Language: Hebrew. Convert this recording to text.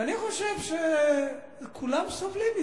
אני חושב שכולם סובלים מזה.